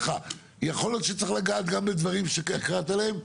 ויכול להיות שגם צריך לגעת גם בדברים שאיך קראת להם,